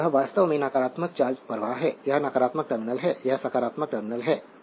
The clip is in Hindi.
तो यह वास्तव में नकारात्मक चार्ज प्रवाह है यह नकारात्मक टर्मिनल है यह सकारात्मक टर्मिनल है